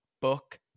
book